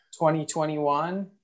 2021